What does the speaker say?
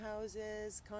houses